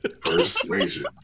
Persuasion